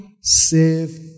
save